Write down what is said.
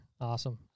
Awesome